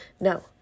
no